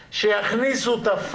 גם בשנת 2020, זה שאתם אומרים שזה יהיה